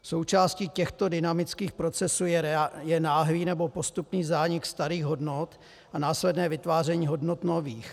Součástí těchto dynamických procesů je náhlý nebo postupný zánik starých hodnot a následné vytváření hodnot nových.